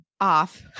off